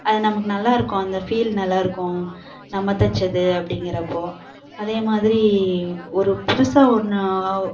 அது நமக்கு நல்லா இருக்கும் அந்த ஃபீல் நல்லா இருக்கும் நம்ம தைச்சது அப்படிங்கிறப்போ அதேமாதிரி ஒரு புதுசாக ஒன்று